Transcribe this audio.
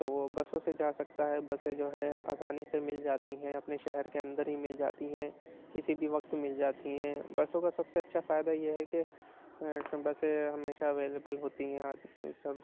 تو وہ بسوں سے جا سکتا ہے بسیں جو ہیں آسانی سے مل جاتی ہیں اپنے شہر کے اندر ہی مل جاتی ہیں کسی بھی وقت مل جاتی ہیں بسوں کا سب سے اچھا فائدہ یہ ہے کہ بسیں ہمیشہ اویلیول ہوتی ہیں سب